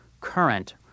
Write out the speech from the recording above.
current